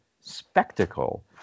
spectacle